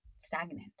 stagnant